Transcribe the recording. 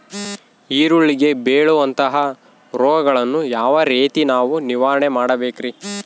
ಈರುಳ್ಳಿಗೆ ಬೇಳುವಂತಹ ರೋಗಗಳನ್ನು ಯಾವ ರೇತಿ ನಾವು ನಿವಾರಣೆ ಮಾಡಬೇಕ್ರಿ?